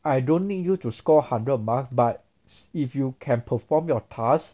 I don't need you to score hundred mark but if you can perform your task